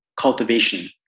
Cultivation